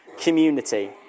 community